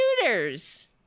Shooters